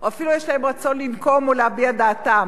או אפילו יש להם רצון לנקום או להביע דעתם,